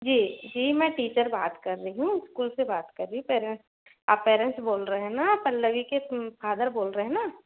जी जी मैं टीचर बात कर रही हूँ स्कुल से बात कर रही हूँ पेरेंट आप पेरेंट्स बोल रहे है ना पल्लवी के फादर बोल रहे है ना